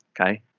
Okay